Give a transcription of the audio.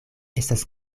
estas